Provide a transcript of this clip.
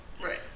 Right